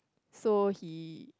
so he